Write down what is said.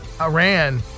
Iran